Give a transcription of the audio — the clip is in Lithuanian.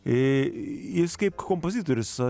i jis kaip kompozitorius o